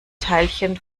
teilchen